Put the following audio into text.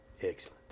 Excellent